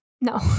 No